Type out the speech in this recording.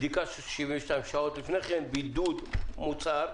בדיקה של 72 שעות לפני כן בידוד מוצהר,